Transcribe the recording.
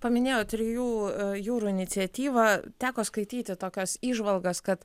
paminėjot trijų jūrų iniciatyvą teko skaityti tokias įžvalgas kad